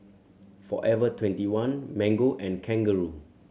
Forever Twenty one Mango and Kangaroo